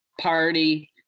party